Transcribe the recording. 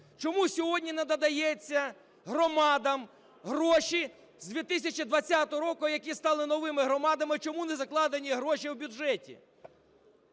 Чому сьогодні не надаються громадам гроші з 2020 року, які стали новими громадами, чому не закладені гроші в бюджеті?